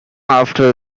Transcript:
after